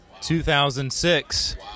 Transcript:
2006